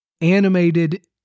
animated